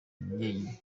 njyenyine